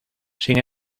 sin